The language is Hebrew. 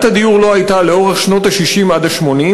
הדיור לא הייתה לאורך שנות ה-60 ועד שנות ה-80,